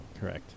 correct